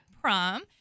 prom